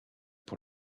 pour